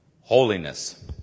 holiness